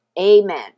amen